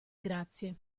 grazie